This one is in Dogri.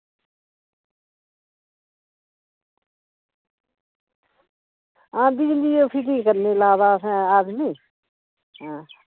आं बिजली उसी ठीक करने गी ला दा आदमी